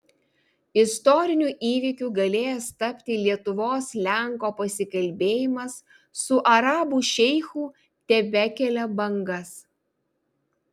istoriniu įvykiu galėjęs tapti lietuvos lenko pasikalbėjimas su arabų šeichu tebekelia bangas